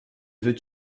veux